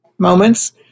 moments